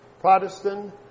Protestant